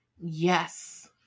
yes